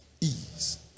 ease